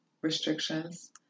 restrictions